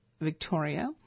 Victoria